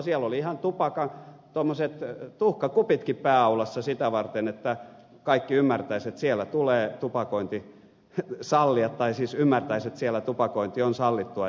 siellä oli ihan tuommoiset tuhkakupitkin pääaulassa sitä varten että kaikki ymmärtäisit siellä tulee tupakointi ja sallia tai ymmärtäisivät että siellä tupakointi on sallittua ja jopa suotavaa